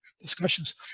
discussions